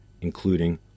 including